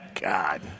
God